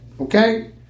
Okay